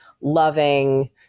loving